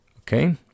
Okay